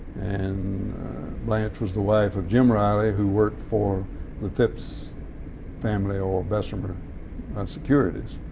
and blanche was the wife of jim riley who worked for the phipps family or bessemer securities.